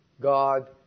God